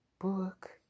book